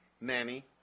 nanny